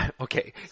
Okay